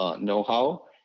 know-how